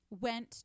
went